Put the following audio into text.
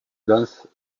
danse